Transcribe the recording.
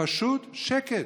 פשוט שקט.